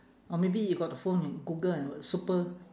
or maybe you got the phone and google the word super